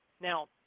Now